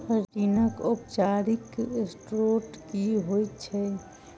ऋणक औपचारिक स्त्रोत की होइत छैक?